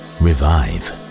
revive